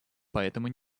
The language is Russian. поэтому